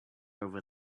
over